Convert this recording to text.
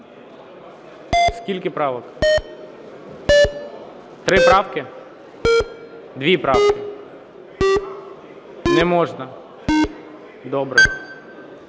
Скільки правок? Три правки? Дві правки. Не можна. Добре.